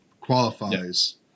qualifies